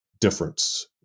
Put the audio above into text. difference